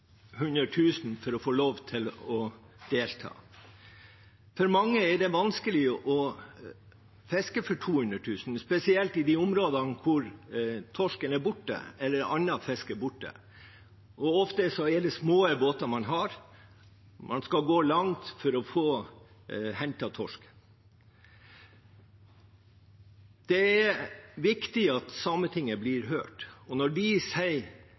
for å få lov til å delta. For mange er det vanskelig å fiske for 200 000 kr, spesielt i de områdene hvor torsken eller annen fisk er borte. Ofte har man små båter, og man skal gå langt for å få hentet torsk. Det er viktig at Sametinget blir hørt. Når de sier